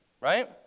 Right